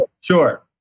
Sure